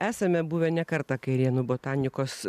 esame buvę ne kartą kairėnų botanikos